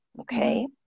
Okay